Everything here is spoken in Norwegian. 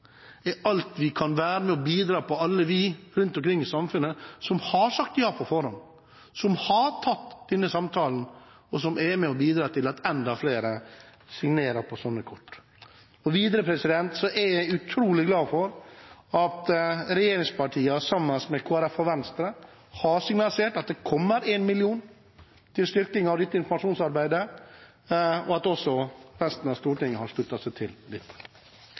er alt vi kan være med og bidra til, alle vi rundt omkring i samfunnet som har sagt ja på forhånd, som har tatt denne samtalen, og som er med og bidrar til at enda flere signerer på sånne kort. Videre er jeg utrolig glad for at regjeringspartiene, sammen med Kristelig Folkeparti og Venstre, har signalisert at det kommer 1 mill. kr til styrking av dette informasjonsarbeidet, og at også resten av Stortinget har sluttet seg til